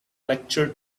lecture